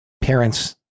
parents